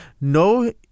No